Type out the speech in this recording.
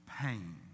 pain